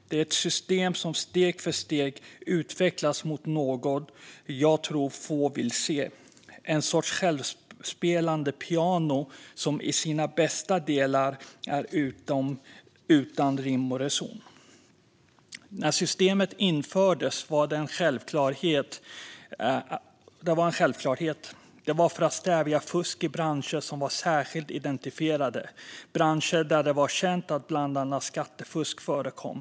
Det är ett system som steg för steg utvecklats mot något jag tror få vill se: en sorts självspelande piano som i sina bästa delar är utan rim och reson. När systemet infördes var det en självklarhet. Det var för att stävja fusk i branscher som var särskilt identifierade och där det var känt att bland annat skattefusk förekom.